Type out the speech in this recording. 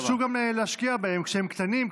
וחשוב גם להשקיע בהם כשהם קטנים,